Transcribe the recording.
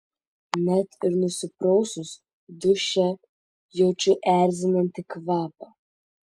net ir nusiprausus duše jaučiu erzinantį kvapą